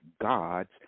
God's